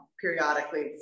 periodically